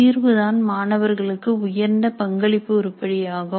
தீர்வு தான் மாணவர்களுக்கு உயர்ந்த பங்களிப்பு உருப்படியாகும்